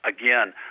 again